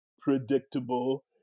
predictable